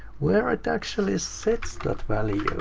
where it actually sets that value.